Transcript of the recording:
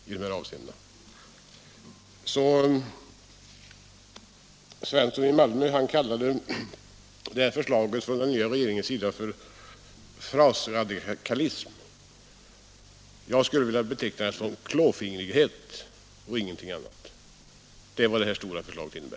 Herr Svensson i Malmö kallade den nya regeringens förslag för frasliberalism, men jag skulle vilja beteckna förslaget som klåfingrighet och ingenting annat. Det är vad det här stora förslaget innebär.